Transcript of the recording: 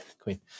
queen